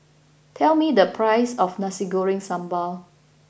tell me the price of Nasi Goreng Sambal